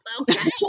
okay